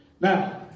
Now